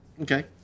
Okay